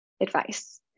advice